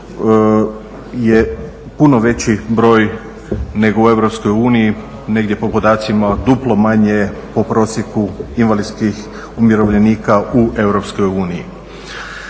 je puno veći broj nego u EU. Negdje po podacima duplo manje po prosjeku invalidskih umirovljenika u EU.